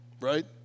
Right